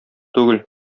түгел